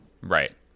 Right